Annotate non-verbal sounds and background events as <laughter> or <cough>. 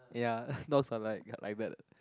ya <laughs> dogs are like like that